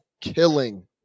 killing